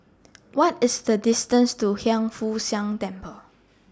What IS The distance to Hiang Foo Siang Temple